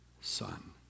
son